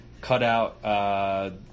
cutout